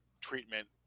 treatment